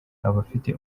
abafite